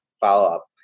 follow-up